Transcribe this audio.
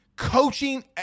Coaching